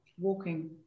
walking